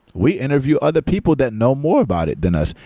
we interview other people than know more about it than us.